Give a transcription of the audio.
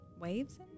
Waves